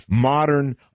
modern